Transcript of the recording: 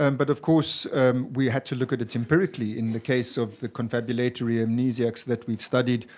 and but of course we had to look at it empirically in the case of the confabulatory amnesiacs that we've studied.